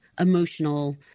emotional